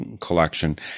Collection